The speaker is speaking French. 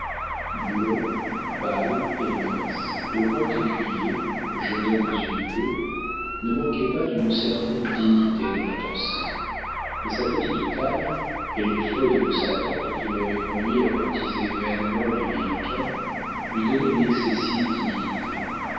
blond pâle et mince le grand écuyer jeune homme aux yeux bleus ne manquait pas d'une certaine dignité dans la pensée mais sa petite taille et les fautes de sa tante qui l'avaient conduit à courtiser vainement les vilquin lui donnaient une excessive timidité